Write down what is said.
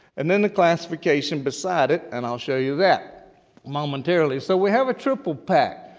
and then the classification beside it, and i'll show you that momentarily. so we have a triple pack.